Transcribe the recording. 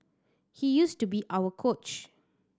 he used to be our coach